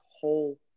whole